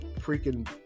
freaking